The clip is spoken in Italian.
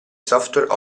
software